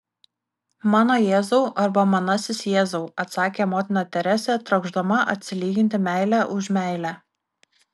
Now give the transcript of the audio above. mano jėzau arba manasis jėzau atsakė motina teresė trokšdama atsilyginti meile už meilę